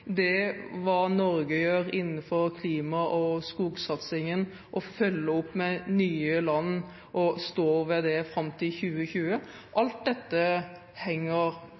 Norge gjør innenfor klima- og skogsatsingen og følger opp med nye land og står ved det fram til 2020 – alt dette henger